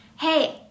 hey